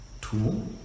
two